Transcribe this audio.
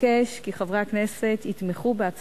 סעד רטרואקטיבי בגובה תמלוגים סבירים לבעל